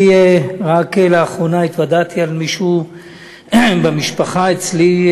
רק לאחרונה התוודעתי למישהו במשפחה אצלי,